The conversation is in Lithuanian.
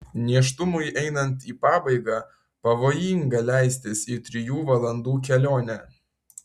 nėštumui einant į pabaigą pavojinga leistis į trijų valandų kelionę